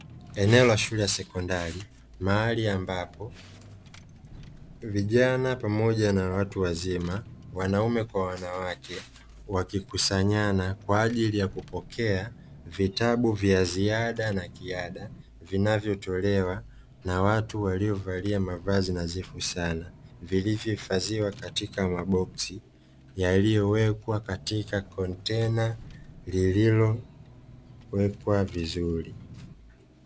Eneo la shule ya sekondari mahali ambapo vijana pamoja na watu wazima, wanaume kwa wanawake wakikusanyana tayari kwa kupokea vitabu vya Ziada na Kiada vinavyotolewa na watu waliovalia mavazi nadhifu sana. Vilivyohifadhiwa katika maboksi yaliyowekwa katika makontena yaliyowekwa vizuri.